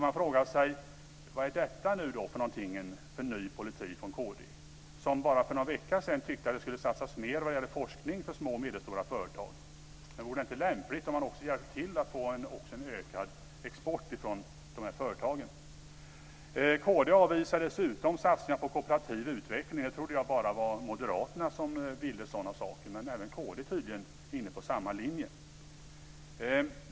Man frågar sig: Vad är nu detta för ny politik från kd, som bara för någon vecka sedan tyckte att det skulle satsas mer vad gäller forskning för små och medelstora företag? Vore det inte lämpligt om man också hjälpte till att få en ökad export från dessa företag? Kd avvisar dessutom satsningar på kooperativ utveckling. Jag trodde att det bara var moderaterna som ville sådana saker, men även kd är tydligen inne på samma linje.